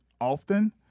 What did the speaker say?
often